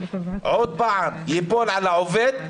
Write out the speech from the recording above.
עוד פעם ייפול על העובד,